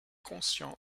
conscient